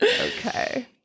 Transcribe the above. okay